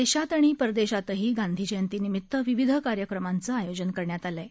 देशात आणि परदेशातही गांधीजयंतीनिमित्त विविध कार्यक्रमांचं आयोजन करण्यात आलं आहे